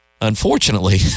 Unfortunately